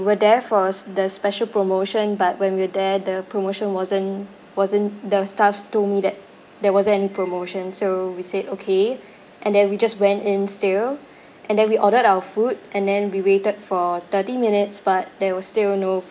were there for s~ the special promotion but when we were there the promotion wasn't wasn't the staff told me that there wasn't any promotion so we said okay and then we just went in still and then we ordered our food and then we waited for thirty minutes but there was still no